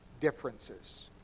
differences